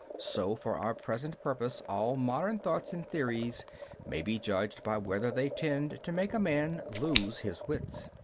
so for our present purpose all modern thoughts and theories may be judged by whether they tend to make a man lose his wits.